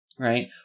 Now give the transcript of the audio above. Right